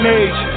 age